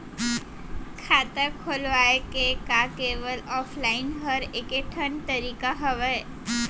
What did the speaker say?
खाता खोलवाय के का केवल ऑफलाइन हर ऐकेठन तरीका हवय?